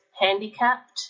handicapped